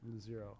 zero